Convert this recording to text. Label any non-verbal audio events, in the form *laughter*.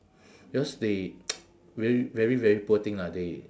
because they *noise* very very very poor thing lah they